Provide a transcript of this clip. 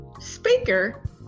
speaker